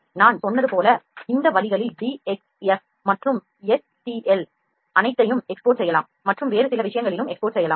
நான் சொன்னது போல இந்த வழிகளில் DXF மற்றும் STL அனைத்தையும் export செய்யலாம் மற்றும் வேறு சில வடிவங்களிலும் export செய்யலாம்